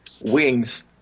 Wings